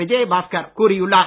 விஜய பாஸ்கர் கூறியுள்ளார்